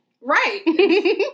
Right